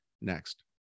next